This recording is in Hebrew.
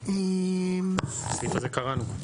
את הסעיף הזה קראנו.